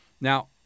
Now